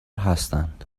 هستند